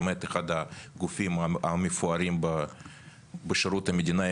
באמת אחד הגופים המפוארים בשירות המדינה,